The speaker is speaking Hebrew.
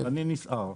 אני נסער.